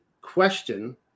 question